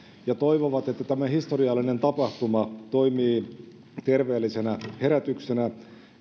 ja toivovat että tämä historiallinen tapahtuma toimii terveellisenä herätyksenä